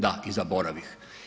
Da, i zaboravih.